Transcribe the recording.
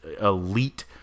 elite